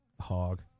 Hog